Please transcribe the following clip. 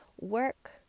work